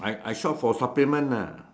I I shop for supplement ah